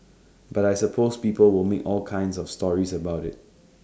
but I suppose people will make all kinds of stories about IT